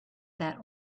that